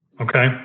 okay